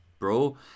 bro